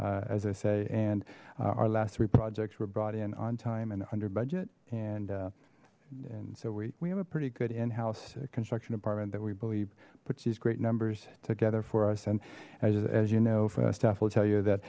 as i say and our last three projects were brought in on time and one hundred budget and and so we we have a pretty good in house construction department that we believe puts these great numbers together for us and as you know for staff will tell you that